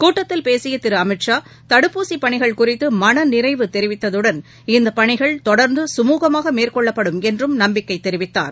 கூட்டத்தில் பேசிய திரு அமித் ஷா தடுப்பூசி பணிகள் குறித்து மனநிறைவு தெரிவித்ததுடன் இந்தப் பணிகள் தொடர்ந்து சுமூகமாக மேற்கொள்ளப்படும் என்றும் நம்பிக்கை தெரிவித்தார்